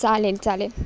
चालेल चालेल